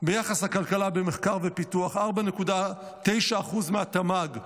ביחס לכלכלה במחקר ופיתוח, 4.9% מהתמ"ג.